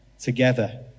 together